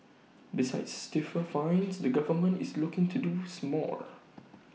besides stiffer fines the government is looking to do small